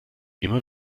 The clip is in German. immer